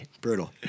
Brutal